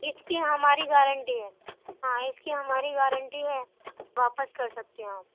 اس کی ہماری گارنٹی ہے ہاں اس کی ہماری گارنٹی ہے واپس کر سکتی ہیں آپ